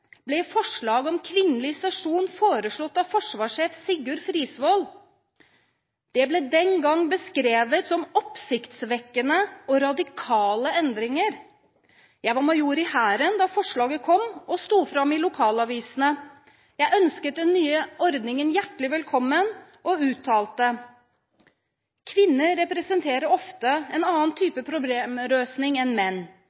ble kvinnelig sesjon foreslått av forsvarssjef Sigurd Frisvold. Det ble den gang beskrevet som oppsiktsvekkende og radikale endringer. Jeg var major i Hæren da forslaget kom, og sto fram i lokalavisene. Jeg ønsket den nye ordningen hjertelig velkommen og uttalte: Kvinner representerer ofte en annen